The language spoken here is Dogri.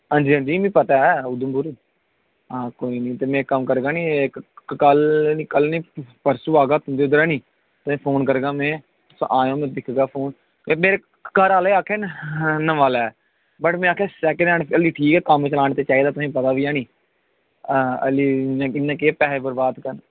हां जी हां जी मीं पता ऐ उधमपुर हां कोई नी ते मैं इक कम्म करगा नी कल कल नी परसू आगा तुं'दे उद्धर हैनी ते फोन करगा मैं तुस आएओ मैं दिखगा फोन ते मेरे घर आह्ले आक्खै दे नमां लै बट मैं आक्खेआ सेकंड हेंड ठीक ऐ कम्म चलाने ताईं चाहिदा तुसेंगी पता बी ऐ नी हल्ली केह् पैहे् बरबाद करने